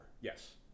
Yes